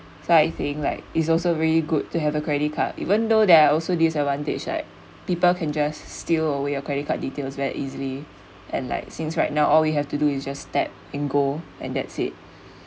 so I think like it's also very good to have a credit card even though there are also disadvantage like people can just steal away your credit card details very easily and like since right now all you have to do is just tap and go and that's it